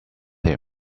him